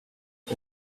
out